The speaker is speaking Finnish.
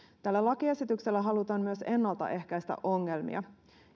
tällä lakiesityksellä halutaan myös ennaltaehkäistä ongelmia